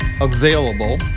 available